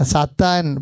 Satan